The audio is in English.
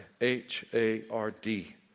H-A-R-D